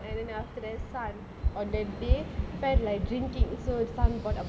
and then after that sun on that day sun like drinking so sun got a